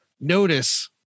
notice